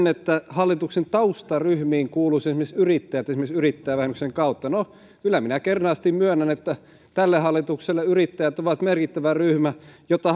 hallituksen taustaryhmiin kuuluisivat esimerkiksi yrittäjät esimerkiksi yrittäjävähennyksen kautta no kyllä minä kernaasti myönnän että tälle hallitukselle yrittäjät ovat merkittävä ryhmä jota